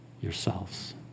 yourselves